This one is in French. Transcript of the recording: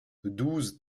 douze